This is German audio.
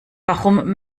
warum